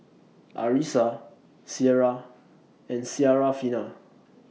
Arissa Syirah and Syarafina